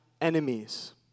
enemies